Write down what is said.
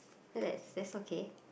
that's that's okay